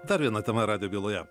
dar viena tema rado byloje